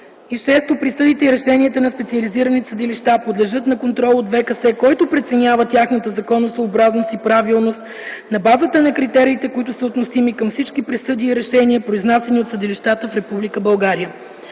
6. присъдите и решенията на специализираните съдилища подлежат на контрол от ВКС, който преценява тяхната законосъобразност и правилност на базата на критериите, които са относими към всички присъди и решения, произнасяни от съдилищата в